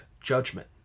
judgment